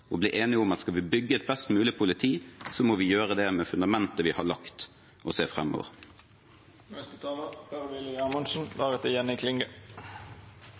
og blir enige om at skal vi bygge et best mulig politi, må vi gjøre det med det fundamentet vi har lagt, og se